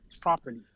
properly